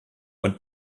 und